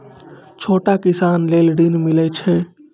छोटा किसान लेल ॠन मिलय छै?